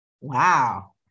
wow